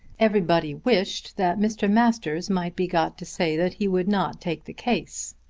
everybody wished that mr. masters might be got to say that he would not take the case,